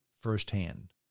firsthand